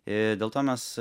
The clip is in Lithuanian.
ė dėl to mes